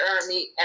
army